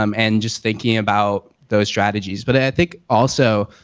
um and just thinking about those strategies. but i think also